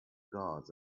guards